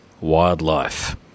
Wildlife